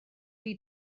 chi